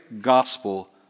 gospel